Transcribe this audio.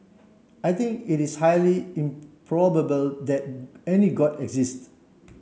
I think it is highly improbable that any god exist